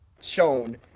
shown